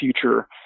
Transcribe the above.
future